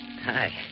Hi